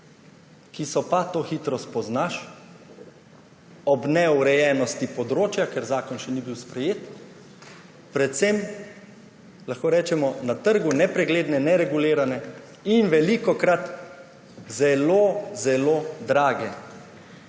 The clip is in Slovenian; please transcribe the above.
ki so pa, to hitro spoznaš, ob neurejenosti področja, ker zakon še ni bil sprejet, predvsem lahko rečemo na trgu nepregledne, neregulirane in velikokrat zelo zelo drage,